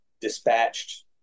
dispatched